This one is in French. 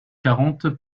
quarante